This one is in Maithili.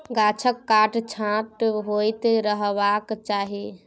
गाछक काट छांट होइत रहबाक चाही